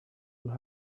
who